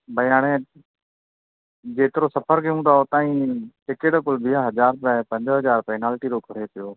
भई हाणे जेतिरो सफ़र कयूं था उतां ई टिकेट कुल भैया हज़ार रुपया आहे पंज हज़ार पेनाल्टी थो घुरे पियो